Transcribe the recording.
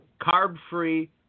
carb-free